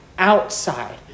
Outside